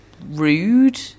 rude